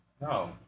No